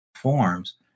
forms